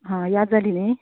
हां याद जाली न्ही